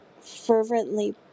fervently